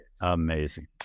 Amazing